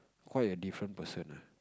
quite a different person ah